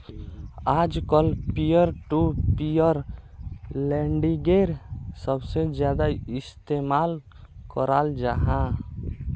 आजकल peer to peer लेंडिंगेर सबसे ज्यादा इस्तेमाल कराल जाहा